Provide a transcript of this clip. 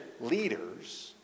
leaders